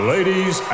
Ladies